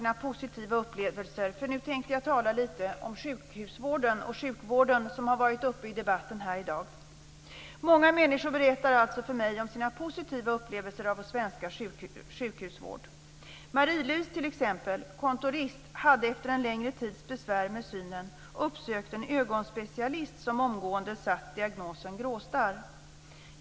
Nu tänkte jag tala lite om sjukhusvården och sjukvården, som har varit uppe i debatten här i dag. Många människor berättar för mig om sina positiva upplevelser av vår svenska sjukhusvård. Marie Louise, t.ex., som är kontorist, hade efter en längre tids besvär med synen uppsökt en ögonspecialist som omgående ställt diagnosen gråstarr.